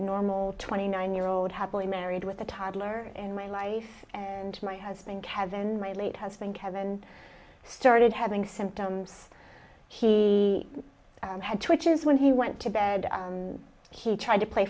normal twenty nine year old happily married with a toddler in my life and my husband kevin and my late husband kevin started having symptoms he had twitches when he went to bed he tried to play